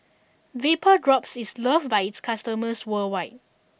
VapoDrops is loved by its customers worldwide